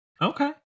Okay